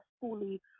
fully